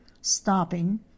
stopping